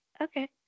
okay